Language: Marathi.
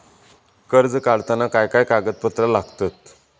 कर्ज काढताना काय काय कागदपत्रा लागतत?